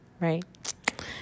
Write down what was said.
right